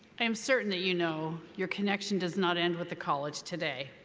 i am certain that you know your connection does not end with the college today.